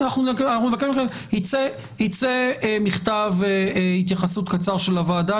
יצא מכתב התייחסות קצר של הוועדה,